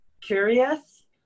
curious